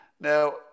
Now